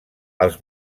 els